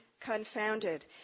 confounded